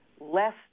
less